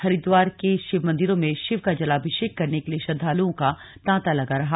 हरिद्वार के शिव मंदिरों में शिव का जलाभिषेक करने के लिए श्रद्वालुओं का तांता लगा रहा